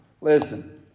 Listen